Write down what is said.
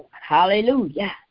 Hallelujah